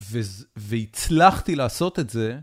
ו... והצלחתי לעשות את זה.